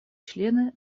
члены